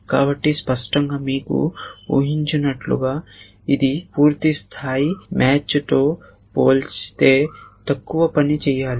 కాబట్టి స్పష్టంగా మీరు ఉహించినట్లుగా ఇది పూర్తిస్థాయి మ్యాచ్తో పోల్చితే తక్కువ పని చేయాలి